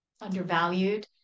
undervalued